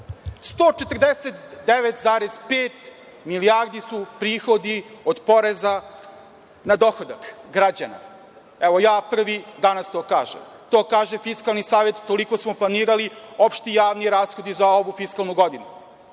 149,5 milijardi su prihodi od poreza na dohodak građana. Evo, ja prvi danas to kažem. To kaže Fiskalni savet, toliko smo planirali, opšti javni rashodi za ovu fiskalnu godinu.